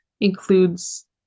includes